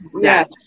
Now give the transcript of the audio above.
yes